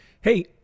Hey